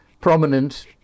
prominent